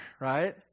right